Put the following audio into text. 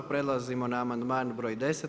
Prelazimo na amandman broj 10.